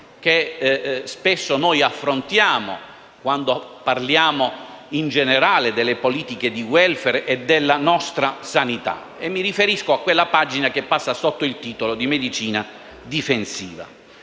che spesso affrontiamo quando parliamo in generale delle politiche di *welfare* e della nostra sanità. Mi riferisco a quella pagina che passa sotto il titolo di medicina difensiva,